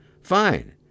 fine